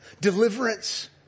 Deliverance